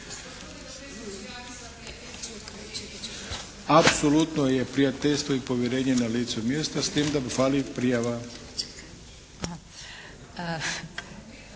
Apsolutno je prijateljstvo i povjerenje na licu mjesta, s tim da fali prijava.